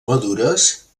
madures